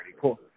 cool